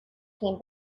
came